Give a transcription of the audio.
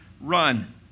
run